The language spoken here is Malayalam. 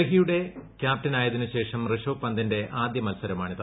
ഡൽഹിയുടെ കൃാപ്റ്റനായതിനുശേഷം ഋഷഭ് പന്തിന്റെ ആദ്യ മത്സരമാണിത്